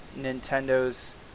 Nintendo's